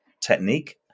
technique